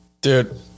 Dude